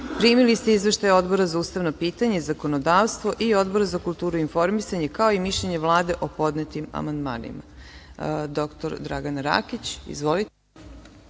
Rakić. Primili ste izveštaje Odbora za ustavna pitanja i zakonodavstvo i Odbora za kulturu i informisanje, kao i mišljenje Vlade o podnetim amandmanima. Reč